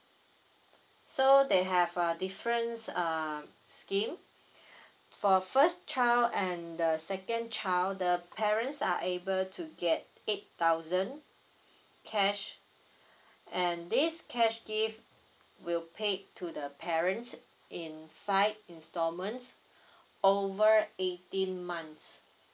so they have a difference err scheme for a first child and the second child the parents are able to get eight thousand cash and this cash gift will pay to the parents in five instalments over eighteen months